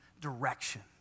direction